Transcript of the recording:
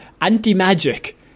anti-magic